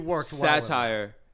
satire